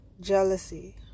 jealousy